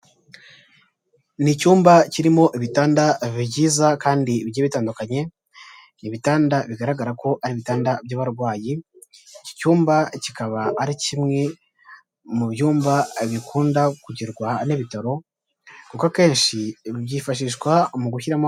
Ni icyumba kirimo ibitanda byiza kandi bigiye bitandukanye, ibi bitanda bigaragara ko ari ibitanda by'abarwayi, iki cyumba kikaba ari kimwe mu byumba bikunda kugirwa n'ibitaro, kuko akenshi byifashishwa mu gushyiramo...